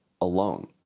alone